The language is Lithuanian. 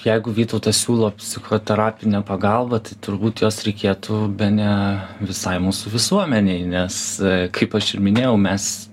jeigu vytautas siūlo psichoterapinę pagalbą tai turbūt jos reikėtų bene visai mūsų visuomenei nes kaip aš ir minėjau mes